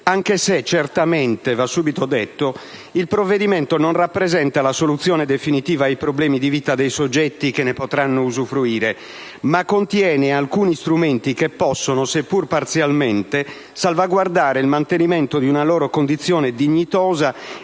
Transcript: anche se certamente, va subito detto, il provvedimento non rappresenta la soluzione definitiva ai problemi di vita dei soggetti che ne potranno usufruire, ma contiene alcuni strumenti che possono, seppur parzialmente, salvaguardare il mantenimento di una loro condizione dignitosa